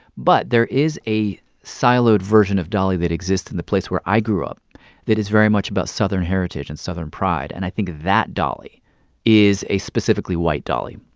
but there is a siloed version of dolly that exists in the place where i grew up that is very much about southern heritage and southern pride, and i think that dolly is a specifically white dolly.